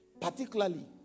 particularly